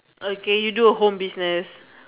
okay you do a home business